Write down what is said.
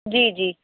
جی جی